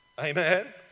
Amen